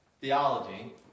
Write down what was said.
theology